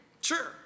sure